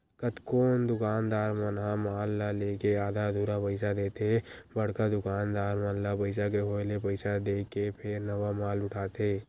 कतकोन दुकानदार मन ह माल ल लेके आधा अधूरा पइसा देथे बड़का दुकानदार मन ल पइसा के होय ले पइसा देके फेर नवा माल उठाथे